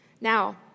Now